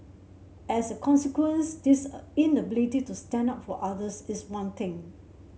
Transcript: as a consequence this inability to stand up for others is one thing